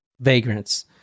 vagrants